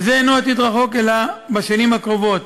וזה אינו עתיד רחוק, אלא בשנים הקרובות,